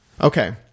Okay